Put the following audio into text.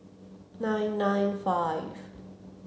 nine nine five